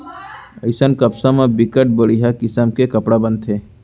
अइसन कपसा म बिकट बड़िहा किसम के कपड़ा बनथे